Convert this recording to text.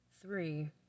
three